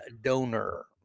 donor